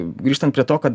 grįžtant prie to kad